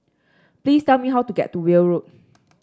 please tell me how to get to Weld Road